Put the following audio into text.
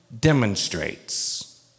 demonstrates